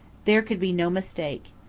there could be no mistake.